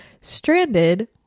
stranded